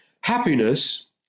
Happiness